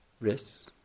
risks